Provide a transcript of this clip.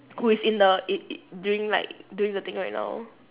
who is in the it it doing like doing the thing right now